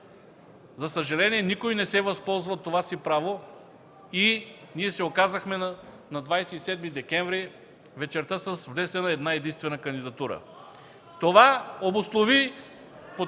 За съжаление, никой не се възползва от това си право и ние се оказахме на 27 декември вечерта с внесена една-единствена кандидатура. (Реплики от